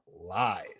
lies